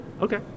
okay